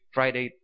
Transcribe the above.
Friday